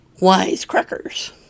Wisecrackers